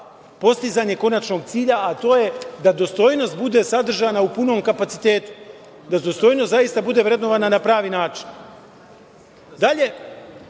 postizanje konačnog cilja, a to je da dostojnost bude sadržana u punom kapacitetu, da dostojnost zaista bude vrednovana na pravi način. Dalje,